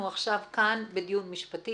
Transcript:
אנחנו עכשיו כאן בדיון משפטי